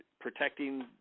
protecting